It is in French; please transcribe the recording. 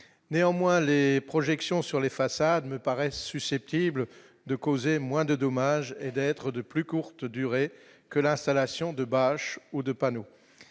néanmoins les projections sur les façades me paraisse susceptible de causer moins de dommages et d'être de plus courte durée que l'installation de barrages ou de panneaux,